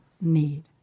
need